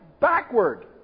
backward